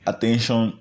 Attention